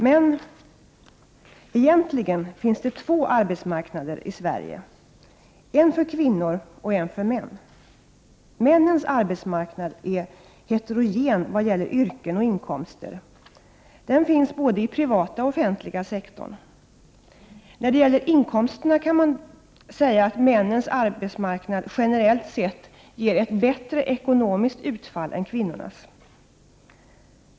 Men, fru talman, egentligen finns det två arbetsmarknader i Sverige, en för kvinnor och en för män. Männens arbetsmarknad är heterogen vad gäller yrken och inkomster, den finns både i privata och offentliga sektorn. När det gäller inkomsterna kan man säga att männens arbetsmarknad generellt sett ger bättre ekonomiskt utfall än kvinnornas.